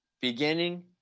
beginning